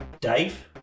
Dave